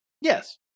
Yes